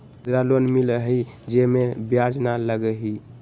मुद्रा लोन मिलहई जे में ब्याज न लगहई?